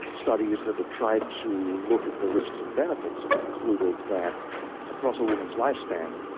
studies that have tried to look at the risks and benefits have concluded that across a woman's lifespan